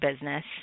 Business